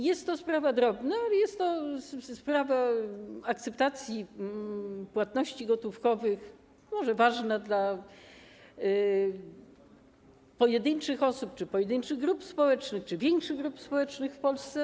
Jest to sprawa drobna, sprawa akceptacji płatności gotówkowych, może ważna dla pojedynczych osób, pojedynczych grup społecznych czy większych grup społecznych w Polsce.